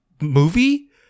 movie